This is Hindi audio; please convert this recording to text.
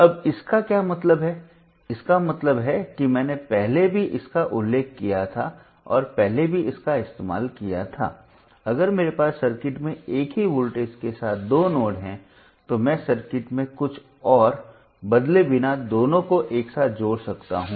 अब इसका क्या मतलब है इसका मतलब है कि मैंने पहले भी इसका उल्लेख किया था और पहले भी इसका इस्तेमाल किया था अगर मेरे पास सर्किट में एक ही वोल्टेज के साथ दो नोड हैं तो मैं सर्किट में कुछ और बदले बिना दोनों को एक साथ जोड़ सकता हूं